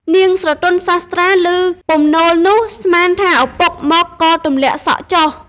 នាងស្រទន់សាស្ត្រាឮពំនោលនោះ ស្មានថាឪពុកមកក៏ទម្លាក់សក់ចុះ ។